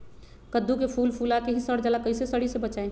कददु के फूल फुला के ही सर जाला कइसे सरी से बचाई?